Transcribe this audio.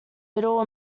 middle